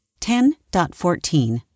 10.14